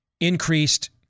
increased